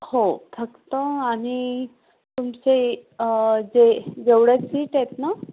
हो फक्त आणि तुमचे जे जेवढ्या सीट आहेत ना